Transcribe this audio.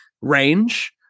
range